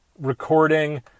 recording